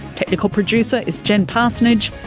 technical producer is jen parsonage,